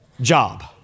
job